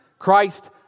Christ